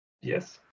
Yes